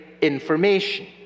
information